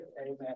Amen